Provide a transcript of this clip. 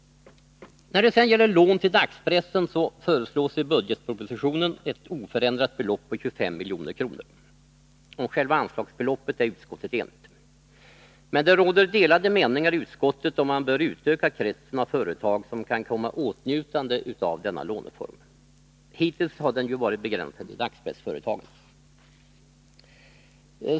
När det gäller lån till dagspressen föreslås i budgetpropositionen ett oförändrat belopp på 25 milj.kr. Om själva anslagsbeloppet är utskottet enigt. Men det råder delade meningar i utskottet, om man bör utöka kretsen av företag som kan komma i åtnjutande av denna låneform. Hittills har den ju varit begränsad till dagspressföretagen.